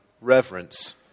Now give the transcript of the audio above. reverence